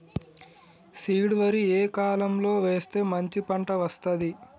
Seed వరి ఏ కాలం లో వేస్తే మంచి పంట వస్తది?